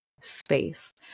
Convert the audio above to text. space